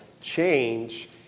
change